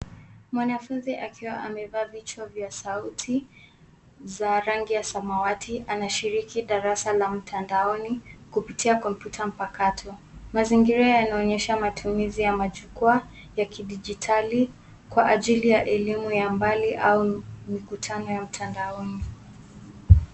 Mwanafunzi akiwa amevaa vichwa vya sauti za rangi ya samawati, anashiriki darasa la mtandaoni kupitia kompyuta makato. Mazingira yanaonyesha matumizi ya majukwaa ya kidijitali kwa ajili ya elimu ya mbali au mikutano ya mtandaoni.